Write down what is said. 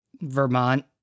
Vermont